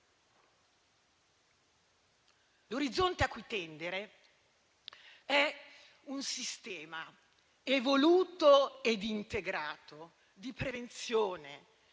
L'orizzonte a cui tendere è un sistema evoluto ed integrato di prevenzione,